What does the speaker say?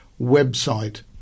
website